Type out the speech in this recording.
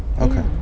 Okay